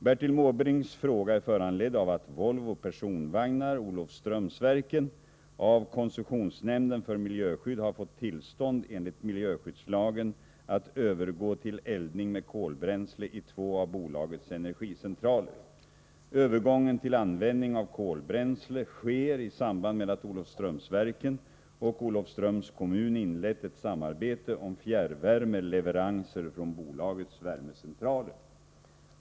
Bertil Måbrinks fråga är föranledd av att Volvo Personvagnar, Olofströmsverken, av koncessionsnämnden för miljöskydd har fått tillstånd enligt miljöskyddslagen att övergå till eldning med kolbränsle i två av bolagets energicentraler. Övergången till användning av kolbränsle sker i samband med att Olofströmsverken och Olofströms kommun inlett ett samarbete om fjärrvärmeleveranser från bolagets värmecentraler.